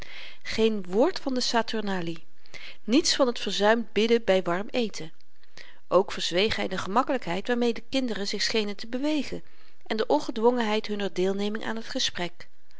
geen woord van de saturnalie niets van t verzuimd bidden by warm eten ook verzweeg hy de gemakkelykheid waarmee die kinderen zich schenen te bewegen en de ongedwongenheid hunner deelneming aan t gesprek